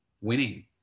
winning